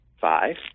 five